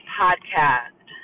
podcast